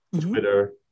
twitter